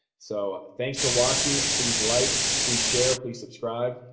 so thanks for watching, please like, please share, please subscribe.